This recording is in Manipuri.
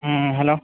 ꯎꯝ ꯍꯜꯂꯣ